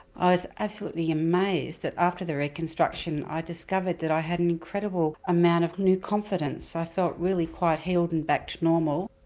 i was absolutely amazed that after the reconstruction i discovered that i had an incredible amount of new confidence, i felt really quite healed and back to normal.